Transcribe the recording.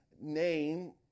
name